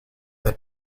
that